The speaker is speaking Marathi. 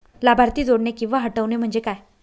लाभार्थी जोडणे किंवा हटवणे, म्हणजे काय?